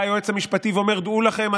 בא היועץ המשפטי ואומר: דעו לכם,